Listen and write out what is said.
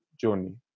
journey